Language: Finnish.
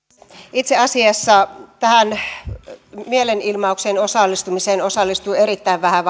itse asiassa tähän mielenilmaukseen osallistui erittäin vähän